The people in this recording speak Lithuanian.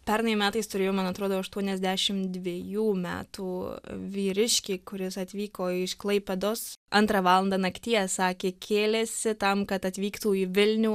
pernai metais turėjom man atrodo aštuoniasdešim dvejų metų vyriškį kuris atvyko iš klaipėdos antrą valandą nakties sakė kėlėsi tam kad atvyktų į vilnių